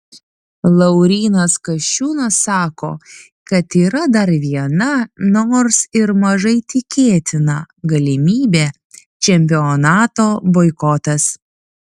laurynas kasčiūnas sako kad yra dar viena nors ir mažai tikėtina galimybė čempionato boikotas